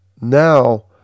now